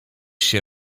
się